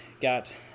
got